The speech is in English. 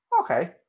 Okay